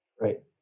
right